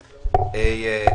היושב-ראש.